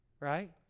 Right